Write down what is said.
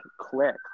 click